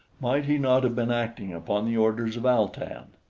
might he not have been acting upon the orders of al-tan,